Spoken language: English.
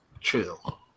chill